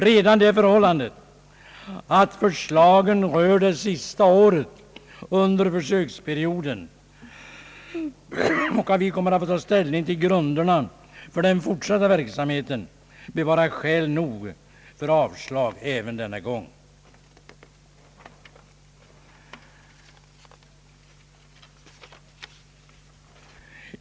Redan det förhållandet att förslagen rör det sista året under försöksperioden och att vi kommer att få ta ställning till grunderna för den fortsatta verksamheten bör vara skäl nog för avslag även denna gång.